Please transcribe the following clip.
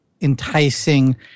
enticing